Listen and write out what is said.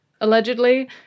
Allegedly